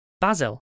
Basil